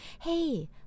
Hey